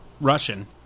Russian